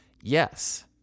Yes